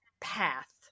path